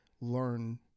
learn